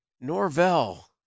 Norvell